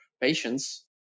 patients